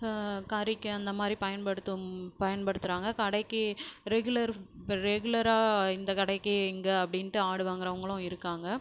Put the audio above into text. கறிக்கு அந்தமாதிரி பயன்படுத்தும் பயன்படுத்துகிறாங்க கடைக்கு ரெகுலர் ரெகுலராக இந்தக் கடைக்கு இங்கே அப்படின்ட்டு ஆடு வாங்குகிறவங்களும் இருக்காங்க